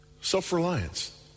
Self-reliance